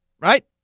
right